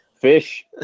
Fish